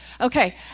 Okay